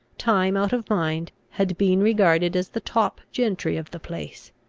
time out of mind, had been regarded as the top gentry of the place.